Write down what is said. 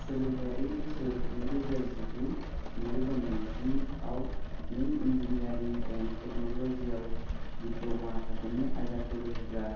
सोलोंथायारि बोसोर नैरोजा जिगु नैरोजा नैजिआव नों इनजिनियारिं एन्ड टेक्न'ल'जि आव दिप्ल'मा थाखोनि आयदाफोर होग्रा